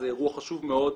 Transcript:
זה אירוע חשוב מאוד,